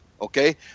okay